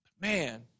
Man